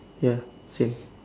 ya same